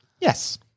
Yes